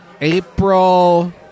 April